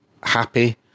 happy